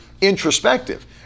introspective